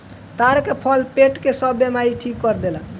ताड़ के फल पेट के सब बेमारी ठीक कर देला